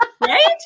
right